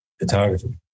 photography